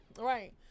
Right